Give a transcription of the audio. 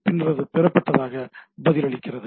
பின்னர் அது பெறப்பட்டதாக பதிலளிக்கிறது